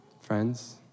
Friends